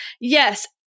Yes